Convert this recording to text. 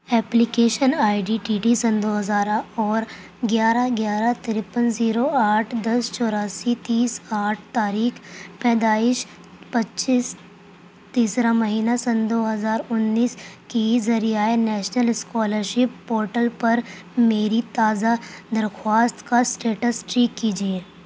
application I D T T سن دو ہزار اور گیارہ گیارہ ترپن زیرو آٹھ دس چوراسی تیس آٹھ تاریخ پیدائش پچیس تیسرا مہینہ سن دو ہزار انیس کی ذریعے نیشنل اسکالرشپ پورٹل پر میری تازہ درخواست کا اسٹیٹس چیک کیجیے